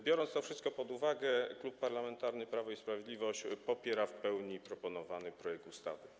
Biorąc to wszystko pod uwagę, Klub Parlamentarny Prawo i Sprawiedliwość w pełni popiera proponowany projekt ustawy.